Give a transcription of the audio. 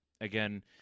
again